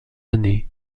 année